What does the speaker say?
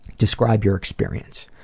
describe your experience.